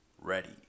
ready